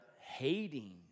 hating